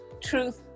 truth